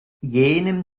jenem